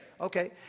Okay